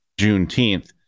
Juneteenth